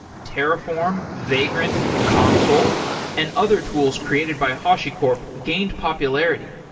terraform, vagrant, console and other tools created by hashicorp gained popularity,